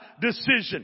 decision